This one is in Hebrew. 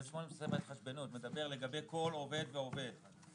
סעיף 8 התחשבנות, מדבר לגבי כל עובד ועובד.